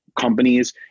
companies